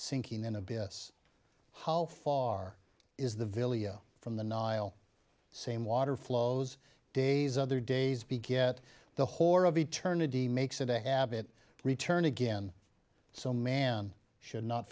sinking in a bit us how far is the village from the nile same water flows days other days beget the horror of eternity makes it a habit return again so man should not